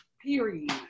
Period